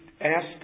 asked